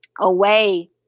away